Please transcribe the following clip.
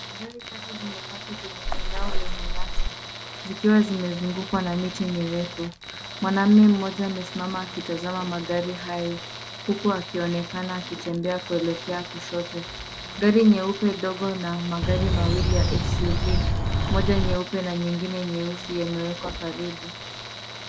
Gari tatu zimepaki kwenye eneo lenye nyasi, zikiwa zimezungukwa na miti mirefu. Mwanamume mmoja amesimama akitazama magari hayo, huku akionekana akitembea kuelekea kushoto. Gari nyeupe dogo na magari mawili ya suv, moja nyeupe na nyingine nyeusi yamewekwa karibu.